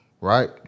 right